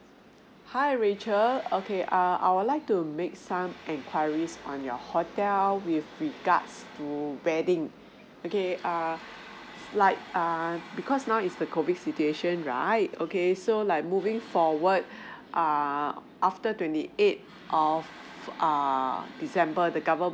hi rachel okay err I would like to make some enquiries on your hotel with regards to wedding okay err like err because now is the COVID situation right okay so like moving forward err after twenty eight of err december the government